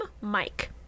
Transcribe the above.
mike